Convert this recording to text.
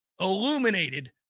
illuminated